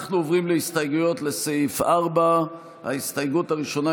אנחנו עוברים להסתייגויות לסעיף 4. ההסתייגות הראשונה,